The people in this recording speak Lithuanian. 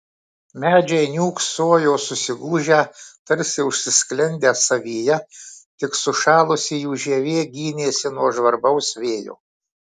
medžiai niūksojo susigūžę tarsi užsisklendę savyje tik sušalusi jų žievė gynėsi nuo žvarbaus vėjo